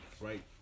Right